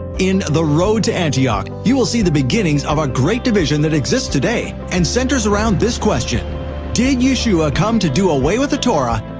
in the road to antioch, you will see the beginnings of a great division that exists today and centers around this question did yeshua come to do away with the torah,